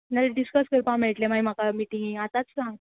नाल्या डिसकस करपा मेळटलें माय म्हाका मिटिंगे आतांच सांग